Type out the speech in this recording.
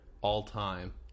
all-time